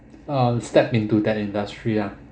um step into that industry lah